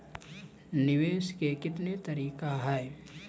निवेश के कितने तरीका हैं?